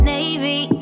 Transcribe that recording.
Navy